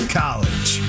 college